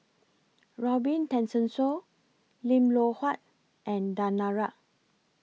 Robin Tessensohn Lim Loh Huat and Danaraj